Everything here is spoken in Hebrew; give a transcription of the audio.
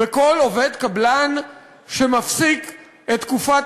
על כל עובד קבלן שמפסיק את תקופת